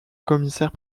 commissaire